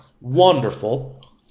wonderful